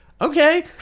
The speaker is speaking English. okay